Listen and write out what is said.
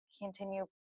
continue